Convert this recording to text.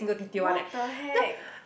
!what-the-heck!